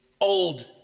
old